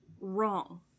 wrong